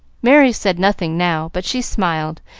merry said nothing now, but she smiled,